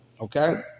Okay